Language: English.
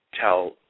tell